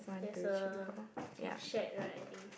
there's a shed right I think